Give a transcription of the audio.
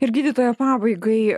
ir gydytoja pabaigai